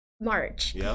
march